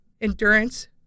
endurance